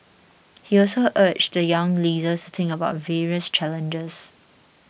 he also urged the young leaders to think about various challenges